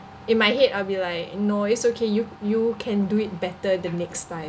in my head I'll be like no it's okay you you can do it better the next time